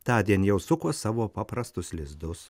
tądien jau suko savo paprastus lizdus